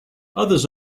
others